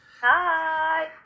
Hi